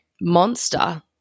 monster